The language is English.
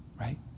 Right